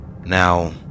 Now